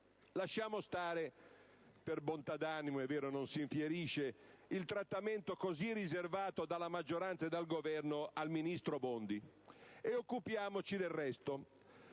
Lasciamo stare - per bontà d'animo non si infierisce - il trattamento così riservato dalla maggioranza e dal Governo al ministro Bondi, e occupiamoci del resto.